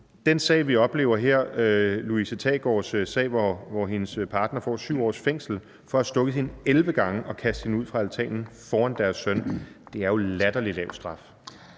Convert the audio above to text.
den sag, vi oplever her, Louise Thagaards sag, hvor hendes partner får 7 års fængsel for at have stukket hende 11 gange og kastet hende ud fra altanen foran deres søn, sige, at det jo er en latterlig lav straf.